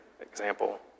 example